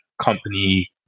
company